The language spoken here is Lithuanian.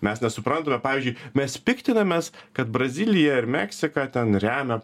mes nesuprantame pavyzdžiui mes piktinamės kad brazilija ir meksika ten remia